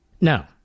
No